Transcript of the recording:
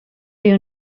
you